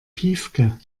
piefke